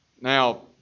now